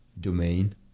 domain